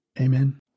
Amen